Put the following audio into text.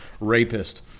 rapist